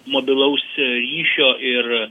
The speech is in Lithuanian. mobilaus ryšio ir